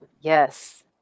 Yes